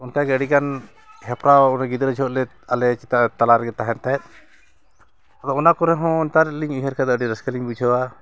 ᱚᱱᱠᱟᱜᱮ ᱟᱹᱰᱤᱜᱟᱱ ᱦᱮᱯᱨᱟᱣ ᱜᱤᱫᱽᱨᱟᱹ ᱡᱚᱠᱷᱮᱡ ᱞᱮ ᱟᱞᱮ ᱪᱮᱛᱟᱱ ᱛᱟᱞᱟ ᱨᱮᱜᱮ ᱛᱟᱦᱮᱱ ᱛᱟᱦᱮᱸᱜ ᱟᱫᱚ ᱚᱱᱟ ᱠᱚᱨᱮᱦᱚᱸ ᱚᱱᱠᱟ ᱨᱮᱞᱤᱧ ᱩᱭᱦᱟᱹᱨ ᱠᱟᱛᱮ ᱟᱹᱰᱤ ᱨᱟᱹᱥᱠᱟᱹᱞᱤᱧ ᱵᱩᱡᱷᱟᱹᱣᱟ